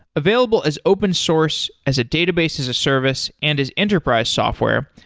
available as open source, as a database, as a service and as enterprise software,